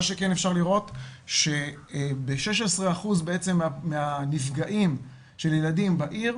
מה שכן אפשר לראות שב-16% מהנפגעים של ילדים בעיר,